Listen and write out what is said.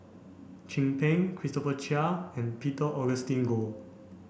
Chin Peng Christopher Chia and Peter Augustine Goh